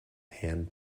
hand